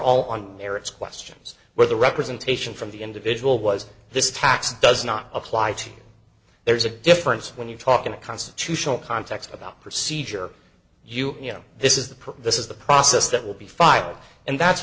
all on merits quest so where the representation from the individual was this tax does not apply to you there is a difference when you talk in a constitutional context about procedure you you know this is the perk this is the process that will be filed and that's